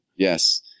Yes